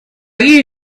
you